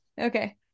Okay